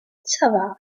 سبعة